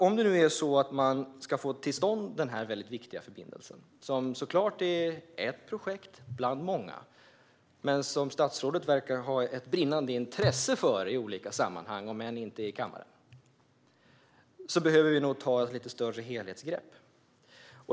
Om man ska få till stånd den här väldigt viktiga förbindelsen, som såklart är ett projekt bland många, men som statsrådet verkar ha ett brinnande intresse för i olika sammanhang, om än inte i kammaren, behöver vi nog ta ett lite större helhetsgrepp.